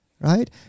right